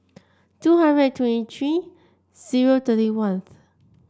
two hundred and twenty three zero thirty ones